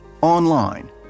online